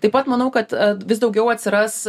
taip pat manau kad vis daugiau atsiras